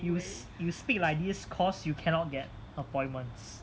you speak like this cause you cannot get appointments bellatrix on the hand